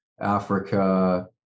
Africa